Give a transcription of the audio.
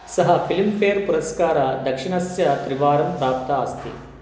सः फ़िल्म्फ़ेर् पुरस्कारस्य दक्षिणस्य त्रिवारं प्राप्ता अस्ति